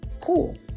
Cool